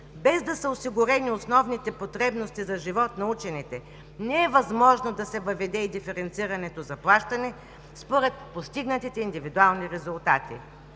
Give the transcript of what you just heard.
Без да са осигурени основните потребности за живот на учените не е възможно да се въведе и диференцираното заплащане, според постигнатите индивидуални резултати.